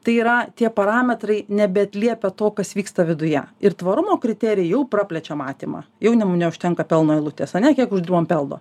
tai yra tie parametrai nebeatliepia to kas vyksta viduje ir tvarumo kriterijai jau praplečia matymą jaunimui neužtenka pelno eilutės a ne kiek uždirbom pelno